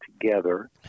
together